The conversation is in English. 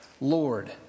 Lord